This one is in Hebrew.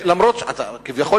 כביכול,